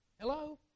Hello